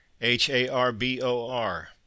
H-A-R-B-O-R